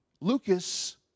Lucas